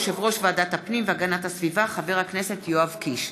יושב-ראש ועדת הפנים והגנת הסביבה חבר הכנסת יואב קיש.